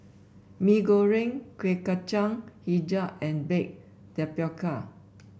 Mee Goreng Kuih Kacang hijau and Baked Tapioca